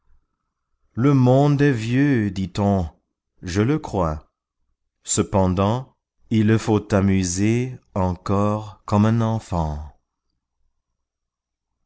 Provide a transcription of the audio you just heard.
le monde est vieux dit-on je le crois cependant il le faut amuser encor comme un enfant